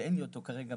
ואין לי אותו כרגע,